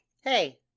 hey